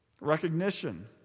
Recognition